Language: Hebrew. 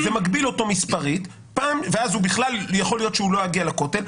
זה מגביל אותו מספרית ואז בכלל יכול להיות שהוא לא יגיע לכותל,